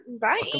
Bye